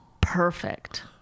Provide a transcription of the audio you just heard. perfect